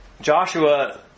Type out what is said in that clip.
Joshua